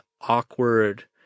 awkward